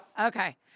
Okay